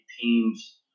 teams